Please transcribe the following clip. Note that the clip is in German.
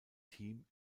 team